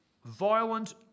Violent